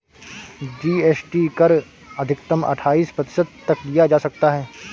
GST कर अधिकतम अठाइस प्रतिशत तक लिया जा सकता है